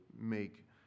make